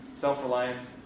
self-reliance